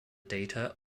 data